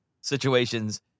situations